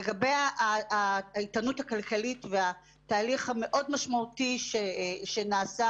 לגבי האיתנות הכלכלית והתהליך המאוד משמעותי שנעשה